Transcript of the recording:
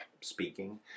speaking